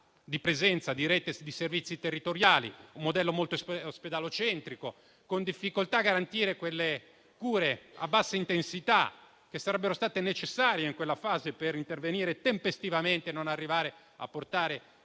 di presenza di Rete sui servizi territoriali, un modello molto ospedalocentrico, con difficoltà a garantire quelle cure a bassa intensità che sarebbero state necessarie in quella fase per intervenire tempestivamente e non arrivare a portare